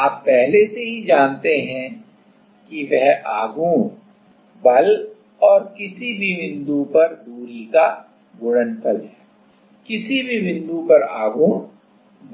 आप पहले से ही जानते हैं कि वह आघूर्ण बल और किसी भी बिंदु पर दूरी का गुणनफल है किसी भी बिंदु पर आघूर्ण